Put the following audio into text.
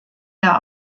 der